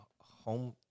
home